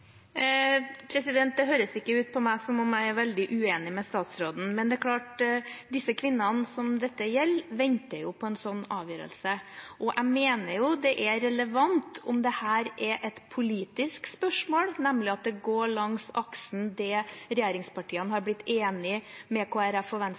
Det høres ikke ut for meg som om jeg er veldig uenig med statsråden. Men det er klart at de kvinnene som dette gjelder, venter på en slik avgjørelse. Jeg mener det er relevant om dette er et politisk spørsmål, nemlig at det går langs aksen til det regjeringspartiene har blitt enige med Kristelig Folkeparti og Venstre